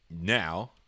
Now